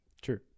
True